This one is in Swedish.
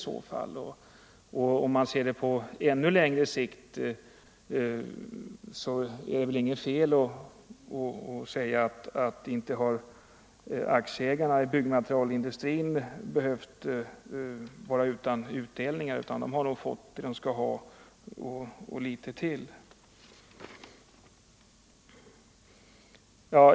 Ser vi det på ännu längre sikt är det väl inget fel att säga att inte har aktieägarna i byggmaterialindustrin behövt vara utan utdelningar — de har nog fått vad de skall ha och litet till.